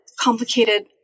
complicated